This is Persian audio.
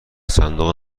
صندوق